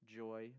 joy